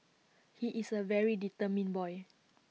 he is A very determined boy